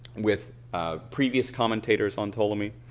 with previous commentators on ptolemy.